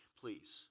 please